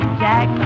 jack